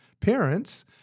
parents